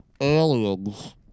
Aliens